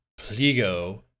Pliego